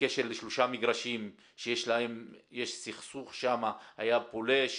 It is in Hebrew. בקשר לשלושה מגרשים שיש סכסוך שם, היה פולש.